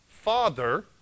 Father